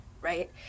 right